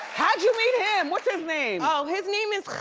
how'd you meet him? what's his name? oh his name is,